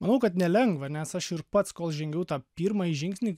manau kad nelengva nes aš ir pats kol žengiau tą pirmąjį žingsnį